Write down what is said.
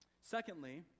Secondly